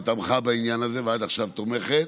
שתמכה בעניין הזה ועד עכשיו תומכת.